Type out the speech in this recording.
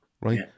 Right